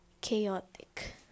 chaotic